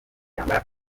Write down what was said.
yambara